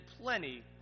plenty